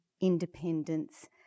independence